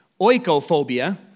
Oikophobia